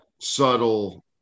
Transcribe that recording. subtle